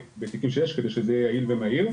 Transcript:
בתיקים שיש כדי שזה יהיה יעיל ומהיר,